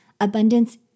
Abundance